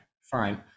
fine